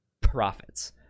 profits